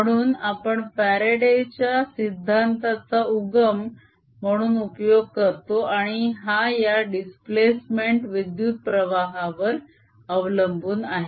म्हणून आपण फ्यारडेच्या सिद्धांताचा उगम म्हणून उपयोग करतो आणि हा या डीस्प्लेसमेंट विद्युत्प्रवाहावर अवलंबून आहे